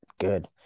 good